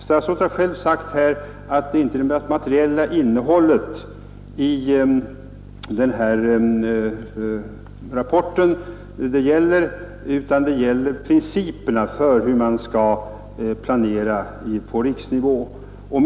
Statsrådet har själv sagt att det inte nu gäller det materiella innehållet i rapporten utan principerna för hur man skall planera på riksnivå.